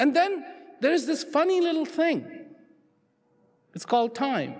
and then there is this funny little think it's called time